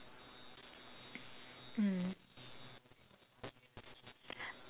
mm